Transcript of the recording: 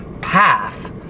path